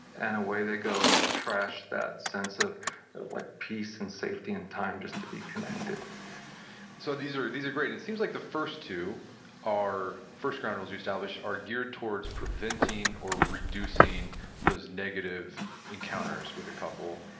and away they go, and they've trashed that sense of like peace, and safety, and time just to be connected so, these are these are great, and it seems like the first two are, first ground rules you established are geared towards prevent, or reducing those negative encounters with a couple,